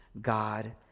God